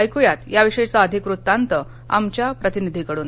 ऐक्या याविषयीचा वृत्तांत आमच्या प्रतिनिधीकडून